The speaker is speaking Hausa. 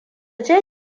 ce